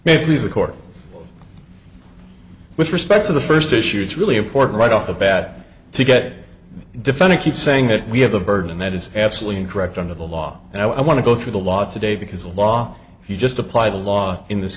maybe as a court with respect to the first issue it's really important right off the bat to get defended keep saying that we have the burden and that is absolutely correct under the law and i want to go through the law today because the law if you just apply the law in this